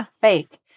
fake